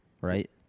right